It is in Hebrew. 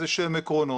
איזה שהם עקרונות,